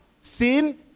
sin